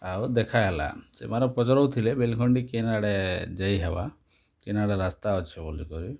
ଆଉ ଦେଖା ହେଲା ସେମାନେ ପଚ୍ରଉଥିଲେ ବେଲଖଣ୍ଡି କେନ୍ ଆଡ଼େ ଯାଇ ହେବା କେନ୍ ଆଡ଼େ ରାସ୍ତା ଅଛେ ବୋଲି କରି